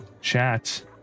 Chat